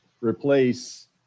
replace